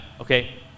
okay